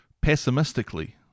pessimistically